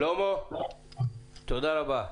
שלמה, תודה רבה.